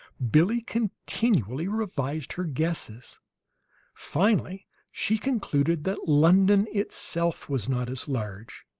billie continually revised her guesses finally she concluded that london itself was not as large.